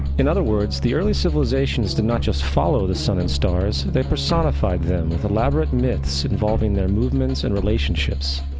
in other words, the early civilizations did not just follow the sun and stars, they personified them with elaborate myths involving their movements and relationships.